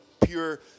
pure